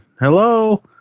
Hello